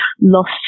lost